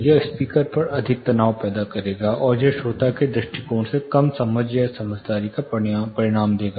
यह स्पीकर पर अधिक तनाव पैदा करेगा और यह श्रोता के दृष्टिकोण से कम समझ या समझदारी का परिणाम देगा